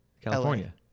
California